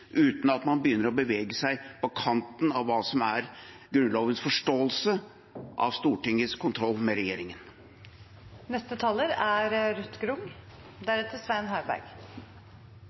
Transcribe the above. uten at man begynner å bevege seg på kanten av hva som er Grunnlovens forståelse av Stortingets kontroll med regjeringen.